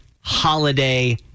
holiday